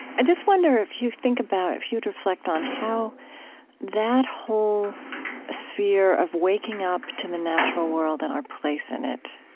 i just wonder if you think about if you'd reflect on how that whole sphere of waking up to the natural world and our place in it,